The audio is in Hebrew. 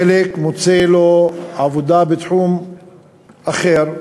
חלק מוצא לו עבודה בתחום אחר,